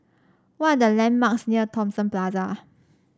what are the landmarks near Thomson Plaza